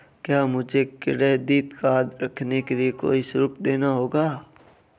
क्या मुझे credit card रखने के लिए कोई शुल्क देना होगा?